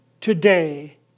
today